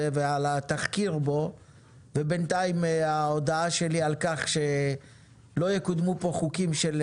ועל התחקיר בו ובינתיים ההודעה שלי על כך שלא יקודמו פה חוקים שקשורים